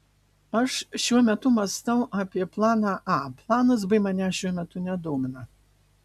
aš šiuo metu mąstau apie planą a planas b manęs šiuo metu nedomina